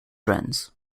friends